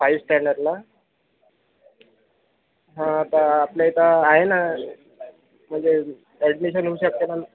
five स्टँडर्डला हा तर आपल्या इथं आहे ना म्हणजे ॲडमिशन होऊ शकते ना